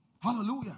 Hallelujah